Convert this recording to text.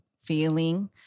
feeling